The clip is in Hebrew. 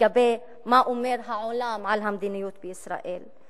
לגבי מה אומר העולם על המדיניות בישראל,